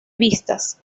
vistas